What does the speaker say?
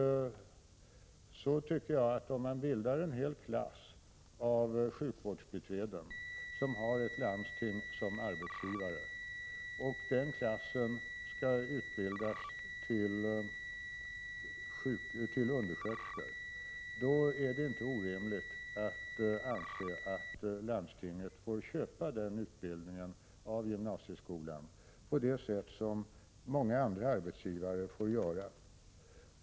Om man fyller en hel klass med sjukvårdsbiträden som har landstinget som arbetsgivare och den klassen skall utbildas till undersköterskor, då är det inte orimligt att anse att landstinget skall köpa den utbildningen av gymnasieskolan, på samma sätt som många andra arbetsgivare får göra.